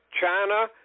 China